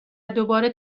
دوباره